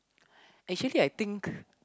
actually I think